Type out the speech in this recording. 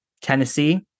Tennessee